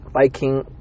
Viking